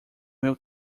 meu